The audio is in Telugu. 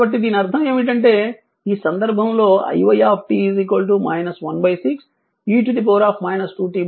కాబట్టి దీనర్థం ఏమిటంటే ఈ సందర్భంలో iy 16 e 2t 3 ఆంపియర్ ఉంటుంది